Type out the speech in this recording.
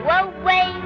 away